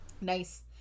Nice